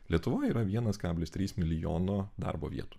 lietuvoj yra vienas kablis trys milijono darbo vietų